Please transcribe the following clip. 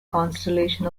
constellation